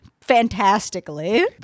fantastically